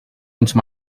into